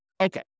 Okay